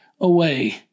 away